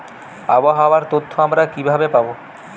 আবহাওয়ার তথ্য আমরা কিভাবে পাব?